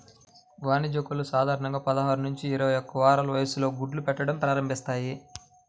వాణిజ్య కోళ్లు సాధారణంగా పదహారు నుంచి ఇరవై ఒక్క వారాల వయస్సులో గుడ్లు పెట్టడం ప్రారంభిస్తాయి